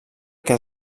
que